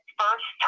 first